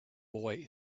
boy